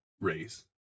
race